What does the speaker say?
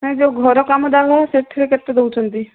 ନାହିଁ ଯେଉଁ ଘର କାମ ସେଥିରେ କେତେ ଦେଉଛନ୍ତି